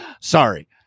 Sorry